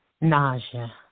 nausea